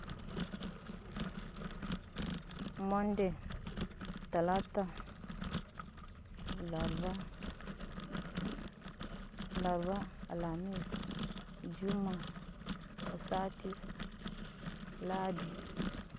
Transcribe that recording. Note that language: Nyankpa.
monde talata larba larda alamis jumma sati ladi